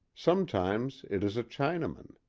sometimes it is a chinaman.